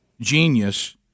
genius